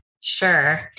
Sure